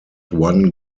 one